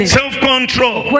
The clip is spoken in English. self-control